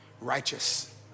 righteous